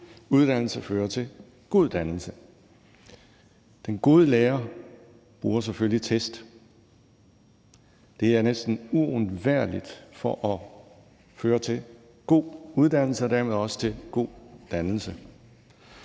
uddannelse fører til god dannelse. Den gode lærer bruger selvfølgelig test. Det er næsten uundværligt for at føre til god uddannelse og dermed også til god dannelse.